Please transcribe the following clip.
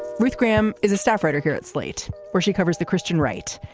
ruth graham is a staff writer here at slate where she covers the christian right.